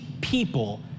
people